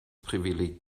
privileg